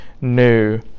new